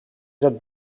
dat